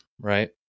right